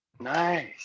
nice